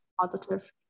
positive